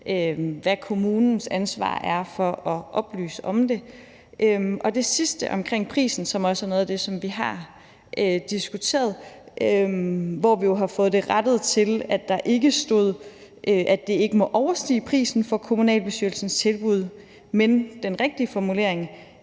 hvad kommunens ansvar er for at oplyse om det. Det tredje og sidste er omkring prisen, som også er noget af det, som vi har diskuteret, og her har vi jo fået det rettet, sådan at der ikke står, at det ikke måtte overstige prisen for kommunalbestyrelsens tilbud, men så der nu står den rigtige formulering,